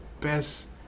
best